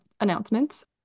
announcements